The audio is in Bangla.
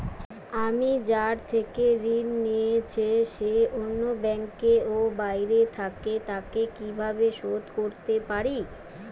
আমি যার থেকে ঋণ নিয়েছে সে অন্য ব্যাংকে ও বাইরে থাকে, তাকে কীভাবে শোধ করতে পারি?